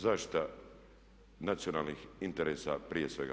Zaštita nacionalnih interesa prije svega.